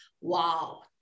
wow